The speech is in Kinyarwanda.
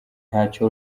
ntacyo